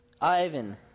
Ivan